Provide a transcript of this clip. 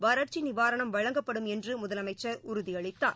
வறட்சிநிவாரணம் வழங்கப்படும் என்றுமுதலமைச்சர் உறுதியளித்தார்